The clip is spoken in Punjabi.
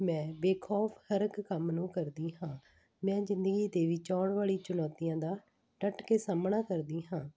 ਮੈਂ ਬੇਖੌਫ ਹਰ ਇੱਕ ਕੰਮ ਨੂੰ ਕਰਦੀ ਹਾਂ ਮੈਂ ਜ਼ਿੰਦਗੀ ਦੇ ਵਿੱਚ ਆਉਣ ਵਾਲੀ ਚੁਣੌਤੀਆਂ ਦਾ ਡੱਟ ਕੇ ਸਾਹਮਣਾ ਕਰਦੀ ਹਾਂ